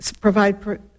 provide